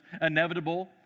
inevitable